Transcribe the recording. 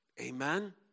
Amen